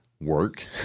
work